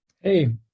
hey